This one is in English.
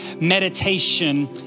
meditation